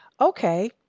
Okay